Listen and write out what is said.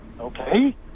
okay